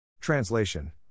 Translation